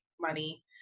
money